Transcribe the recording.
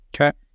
Okay